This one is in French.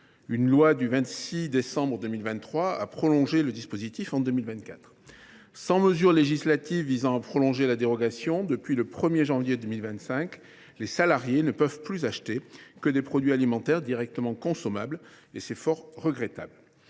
Une loi du 26 décembre 2023 a prolongé le dispositif jusqu’à la fin de 2024. Sans mesure législative visant à prolonger de nouveau la dérogation, depuis le 1 janvier 2025, les salariés ne peuvent plus acheter que des produits alimentaires directement consommables, ce qui est fort regrettable.